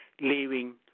leaving